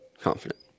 confident